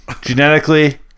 genetically